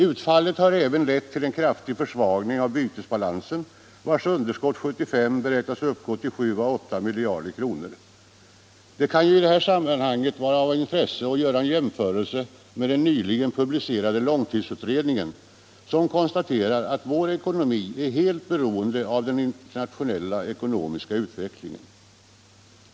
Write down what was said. Utfallet har även lett till en kraftig försvagning av bytesbalansen, vars underskott 1975 beräknas uppgå till 7-8 miljarder kronor. Det kan i detta sammanhang vara av intresse att göra en jämförelse med den nyligen publicerade långtidsutrredningen, som konstaterar att vår ekonomi är helt beroende av den internationella ekonomiska utvecklingen.